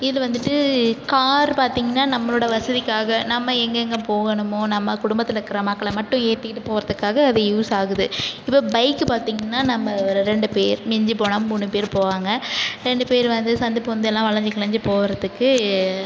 இது வந்துவிட்டு கார் பார்த்தீங்னா நம்மளோட வசதிக்காக நம்ம எங்கேங்க போகணுமோ நம்ம குடும்பத்தில் இருக்கிற மக்களை மட்டும் ஏற்றிக்கிட்டு போகறதுக்காக வை யூஸ்சாகுது இப்போ பைக்கு பாத்தீங்கனா நம்ப ரெண்டு பேர் மிஞ்சி போனால் மூணு பேர் போவாங்க ரெண்டு பேர் வந்து சந்து பொந்தெல்லாம் வலஞ்சிகிளஞ்சு போகறதுக்கு